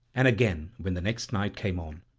and again when the next night came on.